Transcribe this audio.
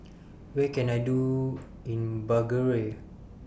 What Can I Do in Bulgaria